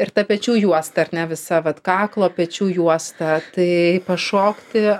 ir ta pečių juosta ar ne visa vat kaklo pečių juosta tai pašokti